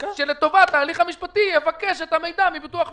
אז לטובת ההליך המשפטי יבקש את המידע מהביטוח הלאומי.